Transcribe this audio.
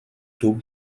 dub